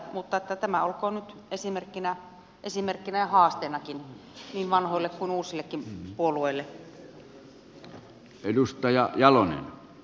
mutta tämä olkoon nyt esimerkkinä ja haasteenakin niin vanhoille kuin uusillekin puolueille